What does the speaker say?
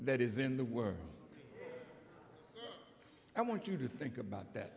that is in the world i want you to think about that